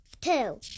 two